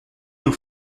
nous